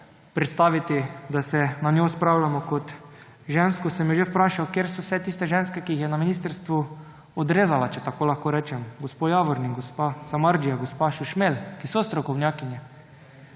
predstaviti, da se na njo spravljamo, ker je ženska, sem jo že vprašal, katere so vse tiste ženske, ki jih je na ministrstvu odrezala, če tako lahko rečem, gospa Javornik, gospa Samardžija, gospa Šušmelj, ki so strokovnjakinje.